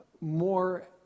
more